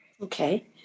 Okay